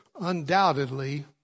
undoubtedly